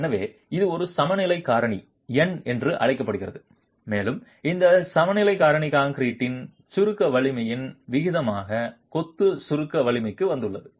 எனவே இது ஒரு சமநிலை காரணி n என்று அழைக்கப்படுகிறது மேலும் இந்த சமநிலை காரணி கான்கிரீட்டின் சுருக்க வலிமையின் விகிதமாக கொத்து சுருக்க வலிமைக்கு வந்துள்ளது